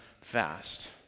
fast